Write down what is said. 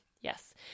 Yes